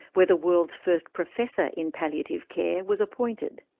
where the world's first professor in palliative care was appointed.